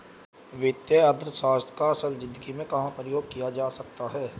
वित्तीय अर्थशास्त्र का असल ज़िंदगी में कहाँ पर प्रयोग किया जा सकता है?